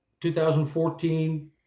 2014